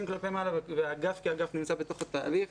כלפי מעלה והאגף כאגף נמצא בתוך התהליך.